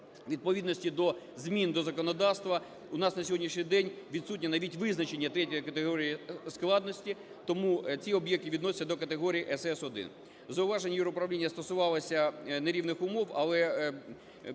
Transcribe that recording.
відповідності до змін до законодавства у нас на сьогоднішній день відсутнє навіть визначення третьої категорії складності, тому ці об'єкти відносяться до категорії СС1. Зауваження юр.управління стосувалося нерівних умов, але